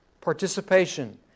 Participation